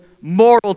moral